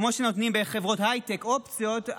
כמו שנותנים בחברות ההייטק אופציות,